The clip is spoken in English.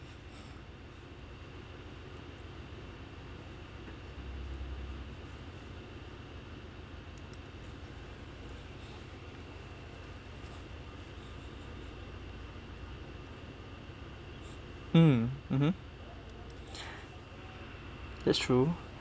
mm mmhmm that's true